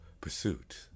pursuit